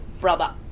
brother